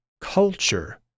culture